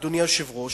אדוני היושב ראש,